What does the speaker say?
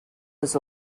was